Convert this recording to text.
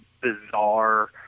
bizarre